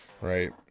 Right